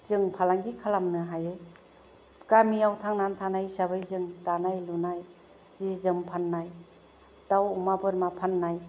जों फालांगि खालामनो हायो गामियाव थांनानै थानाय हिसाबै जों दानाय लुनाय जि जोम फाननाय दाव अमा बोरमा फाननाय